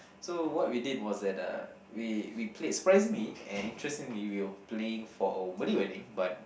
so what we did was like the we we played surprisingly and interestingly we were playing for a Malay wedding but